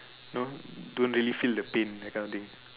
no don't really feel the pain that kind of thing